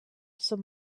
some